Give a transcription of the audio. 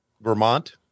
Vermont